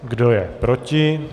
Kdo je proti?